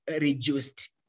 reduced